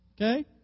Okay